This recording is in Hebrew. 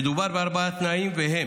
מדובר בארבעה תנאים, והם: